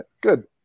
good